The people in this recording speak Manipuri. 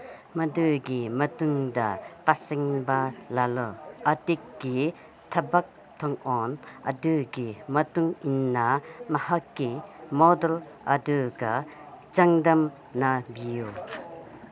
ꯃꯗꯨꯒꯤ ꯃꯇꯨꯡꯗ ꯇꯁꯦꯡꯕ ꯂꯂꯣꯟ ꯏꯇꯤꯛꯀꯤ ꯊꯕꯛ ꯊꯧꯑꯣꯡ ꯑꯗꯨꯒꯤ ꯃꯇꯨꯡꯏꯟꯅ ꯃꯍꯥꯛꯀꯤ ꯃꯣꯗꯦꯜ ꯑꯗꯨꯒ ꯆꯥꯡꯗꯝꯅꯕꯤꯌꯨ